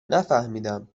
نفهمیدم